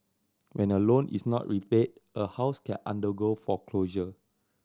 when a loan is not repaid a house can undergo foreclosure